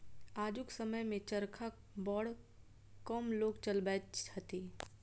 आजुक समय मे चरखा बड़ कम लोक चलबैत छथि